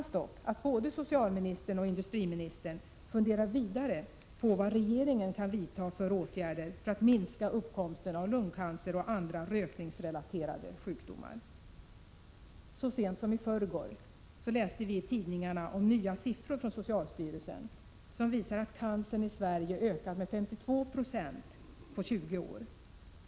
Så sent som i förrgår läste vi i tidningarna om nya siffror från socialstyrelsen, som visar att cancern i Sverige ökat med 52 96 på 20 år.